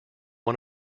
one